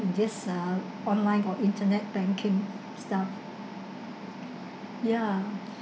in this ah online about internet banking stuff ya